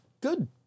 Good